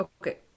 okay